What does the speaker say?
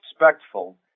respectful